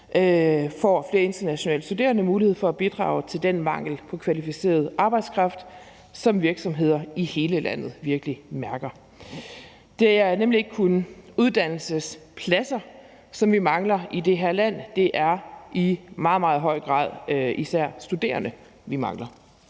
at flere internationale studerende får mulighed for at bidrage til den mangel på kvalificeret arbejdskraft, som virksomheder i hele landet virkelig mærker. Det er nemlig ikke kun uddannelsespladser, som vi mangler i det her land. Det er i meget, meget høj grad især studerende, vi mangler.